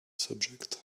subject